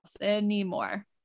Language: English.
anymore